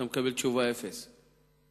אתה מקבל תשובה: אפס.